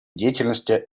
деятельности